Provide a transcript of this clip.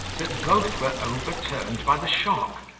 that both were overturned by the shock,